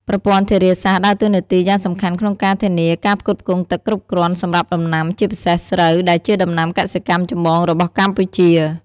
ប្រព័ន្ធធារាសាស្ត្រដើរតួនាទីយ៉ាងសំខាន់ក្នុងការធានាការផ្គត់ផ្គង់ទឹកគ្រប់គ្រាន់សម្រាប់ដំណាំ ជាពិសេសស្រូវ ដែលជាដំណាំកសិកម្មចម្បងរបស់កម្ពុជា។